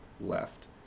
left